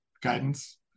guidance